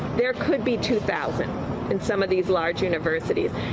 there could be two thousand in some of these larger universities.